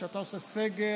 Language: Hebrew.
כשאתה עושה סגר